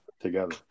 together